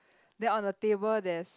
then on the table there's